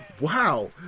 wow